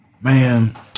man